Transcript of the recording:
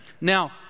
Now